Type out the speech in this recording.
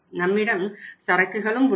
நம்மிடம் சரக்குகளும் உள்ளன